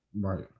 right